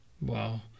Wow